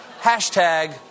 Hashtag